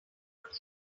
would